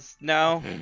No